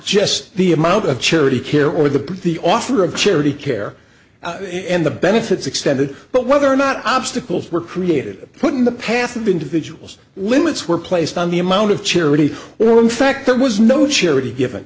just the amount of charity care or the the offer of charity care and the benefits extended but whether or not obstacles were created put in the path of individuals limits were placed on the amount of charity were in fact there was no charity giv